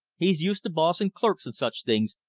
he's used to bossin' clerks and such things,